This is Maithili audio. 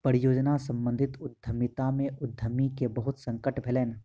परियोजना सम्बंधित उद्यमिता में उद्यमी के बहुत संकट भेलैन